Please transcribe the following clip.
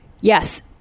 Yes